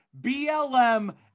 BLM